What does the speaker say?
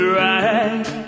right